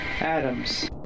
Adams